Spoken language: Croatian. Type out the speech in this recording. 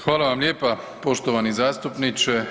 Hvala vam lijepa poštovani zastupniče.